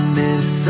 miss